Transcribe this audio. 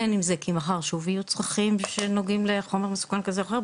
בין אם זה כי מחר שוב צרכים שנוגעים לחומר סוכן כזה או אחר,